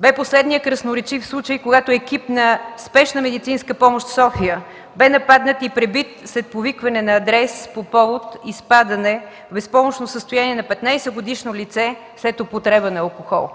беше последният красноречив случай, когато екип на Спешна медицинска помощ – София, бе нападнат и пребит след повикване на адрес по повод изпадане в безпомощно състояние на 15-годишно лице след употреба на алкохол.